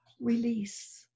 Release